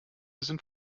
sind